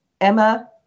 Emma